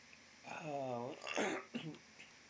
ah